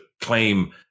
claim